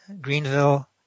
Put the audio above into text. Greenville